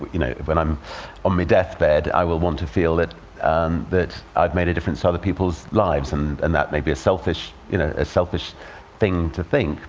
you know, when i'm on me deathbed, i will want to feel that that i've made a difference to other people's lives. and and that may be a selfish you know a selfish thing to think